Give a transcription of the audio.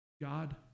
God